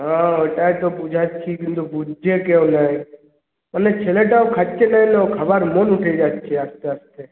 হ্যাঁ ওইটাই তো বোঝাচ্ছি কিন্তু বুঝছে কেউ না মানে ছেলেটাও খাচ্ছে না না খাবার মন উঠে যাচ্ছে আস্তে আস্তে